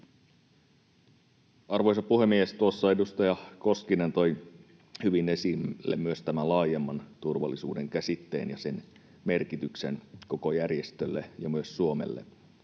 Arvoisa puhemies! Tuossa edustaja Koskinen toi hyvin esille myös tämän laajemman turvallisuuden käsitteen ja sen merkityksen koko järjestölle ja myös Suomelle.